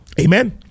Amen